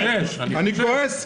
אני כועס,